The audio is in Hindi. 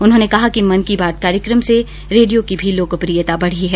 उन्होंने कहा कि मन की बात कार्यक्रम से रेडिया की भी लोकप्रियता बढ़ी है